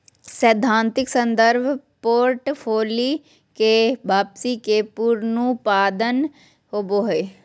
सैद्धांतिक संदर्भ पोर्टफोलि के वापसी के पुनरुत्पादन होबो हइ